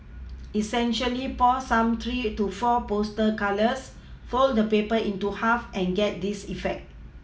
essentially pour some three to four poster colours fold the paper into half and get this effect